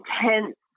intense